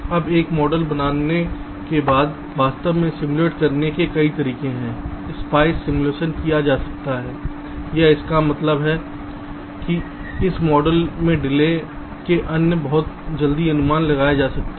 अब एक बार मॉडल बनाने के बाद वास्तव में सिमुलेट करने के कई तरीके हैं स्पाइस सिमुलेशन किया जा सकता है या इसका मतलब है कि इस मॉडल से डिले के अन्य बहुत जल्दी अनुमान लगाया जा सकता है